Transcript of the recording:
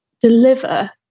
deliver